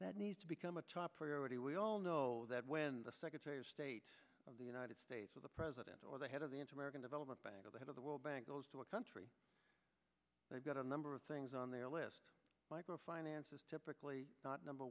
that needs to become a top priority we all know that when the secretary of state of the united states of the president or the head of the into american development bank of the head of the world bank goes to a country they've got a number of things on their list micro finance is typically not number